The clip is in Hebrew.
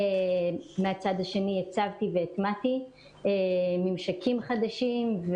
מהצד השני, עיצבתי והטמעתי ממישקים חדשים.